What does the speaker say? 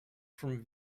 from